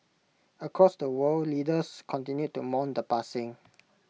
across the world leaders continued to mourn the passing